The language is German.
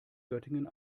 göttingen